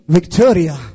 Victoria